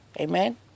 Amen